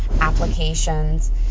applications